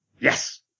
Yes